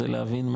זה להבין,